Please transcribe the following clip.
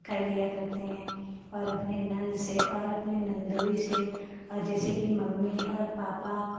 कर लिया करते हैं और अपने ननद से और अपने ननदोई से और जैसे कि मम्मी और पापा